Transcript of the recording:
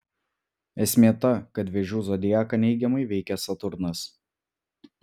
esmė ta kad vėžių zodiaką neigiamai veikia saturnas